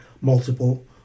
multiple